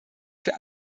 für